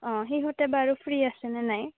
অঁ সিহঁতে বাৰু ফ্ৰী আছে নে নাই